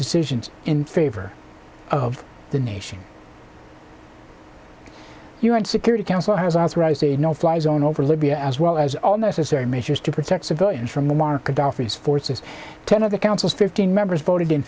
decisions in favor of the nation u n security council has authorized a no fly zone over libya as well as all necessary measures to protect civilians from the market forces ten of the council's fifteen members voted in